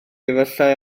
efallai